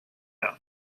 down